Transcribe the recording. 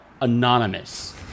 Anonymous